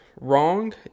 wrong